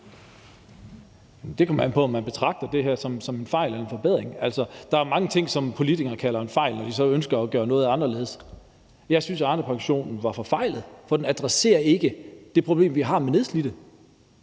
Det kommer an på, om man betragter det her som en fejl eller en forbedring. Der er mange ting, som politikerne kalder en fejl, når de ønsker at gøre noget anderledes. Jeg synes, at Arnepensionen var forfejlet, for den adresserer ikke det problem, vi har med nedslidte.